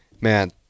man